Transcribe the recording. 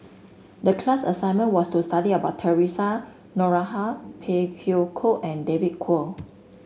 the class assignment was to study about Theresa Noronha Phey Yew Kok and David Kwo